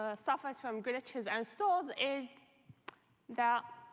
ah suffers from glitches and stalls is that